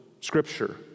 Scripture